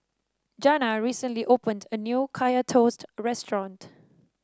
Janna recently opened a new Kaya Toast restaurant